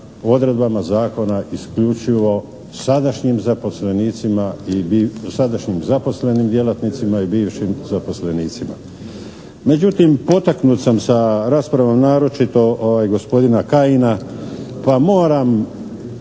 odredbama zakona isključivo sadašnjim zaposlenim djelatnicima i bivšim zaposlenicima. Međutim, potaknut sam sa raspravom naročito gospodina Kajina pa moram